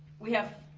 we have,